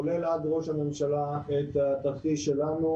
כולל עד ראש הממשלה, את התרחיש שלנו.